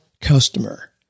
customer